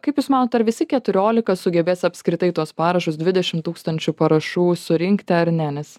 kaip jūs manot ar visi keturiolika sugebės apskritai tuos parašus dvidešimt tūkstančių parašų surinkti ar ne nes